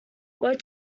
what